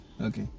Okay